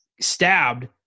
stabbed